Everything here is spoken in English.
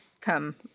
come